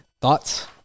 Thoughts